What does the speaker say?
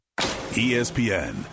ESPN